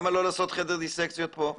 למה לא לעשות חדר דיסקציות פה?